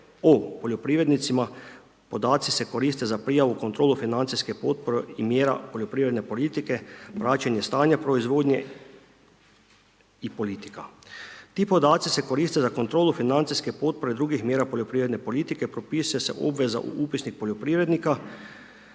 o poljoprivrednicima, podaci se koriste za prijavu kontrolu financijske potpore i mjera poljoprivredne politike, praćenje stanja proizvodnje i politika. Ti podaci se koriste za kontrolu financijske potpore drugih mjera poljoprivredne politike propisuje se obveza u upisnik poljoprivrednika